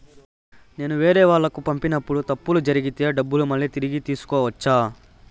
నేను వేరేవాళ్లకు పంపినప్పుడు తప్పులు జరిగితే డబ్బులు మళ్ళీ తిరిగి తీసుకోవచ్చా?